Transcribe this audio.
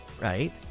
right